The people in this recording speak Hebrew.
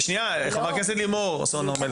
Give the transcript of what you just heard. חברת הכנסת לימור סון הר מלך,